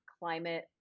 climate